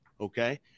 Okay